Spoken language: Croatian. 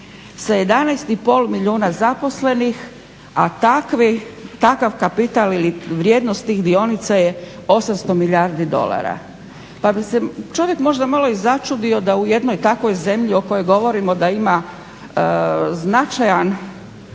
sa 11,5 milijuna zaposlenih, a takav kapital ili vrijednost tih dionica je 800 milijardi dolara. Pa bi se čovjek možda i malo začudio da u jednoj takvoj zemlji o kojoj govorimo da ima značajno